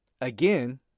Again